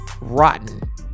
Rotten